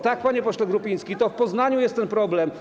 Tak, panie pośle Grupiński, to w Poznaniu jest ten problem.